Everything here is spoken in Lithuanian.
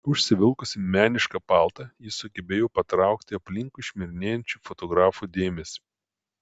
užsivilkusi menišką paltą ji sugebėjo patraukti aplinkui šmirinėjančių fotografų dėmesį